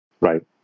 Right